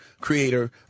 creator